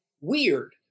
weird